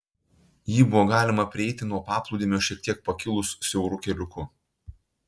jį buvo galima prieiti nuo paplūdimio šiek tiek pakilus siauru keliuku